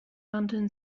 london